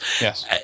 Yes